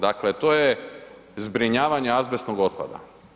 Dakle, to je zbrinjavanje azbestnog otpada.